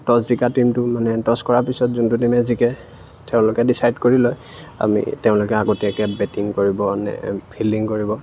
টচ জিকা টিমটো মানে টচ কৰাৰ পিছত যোনটো টিমে জিকে তেওঁলোকে ডিচাইড কৰি লয় আমি তেওঁলোকে আগতীয়াকে বেটিং কৰিব নে ফিল্ডিং কৰিব